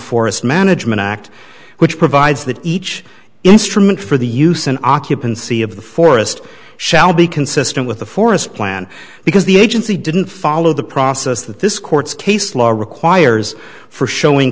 forest management act which provides that each instrument for the use and occupancy of the forest shall be consistent with the forest plan because the agency didn't follow the process that this court's case law requires for showing